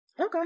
Okay